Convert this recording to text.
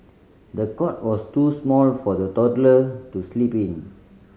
the cot was too small for the toddler to sleep in